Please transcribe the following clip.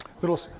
Little